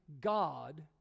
God